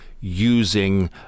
using